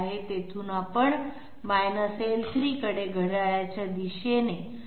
तिथून आपण l3 कडे घड्याळाच्या दिशेने 16